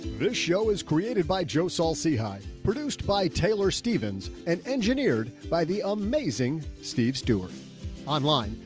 this show is created by joe salsi high produced by taylor stevens and engineered by the amazing steve stewart online.